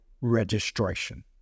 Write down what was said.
registration